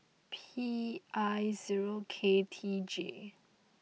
P I zero K T J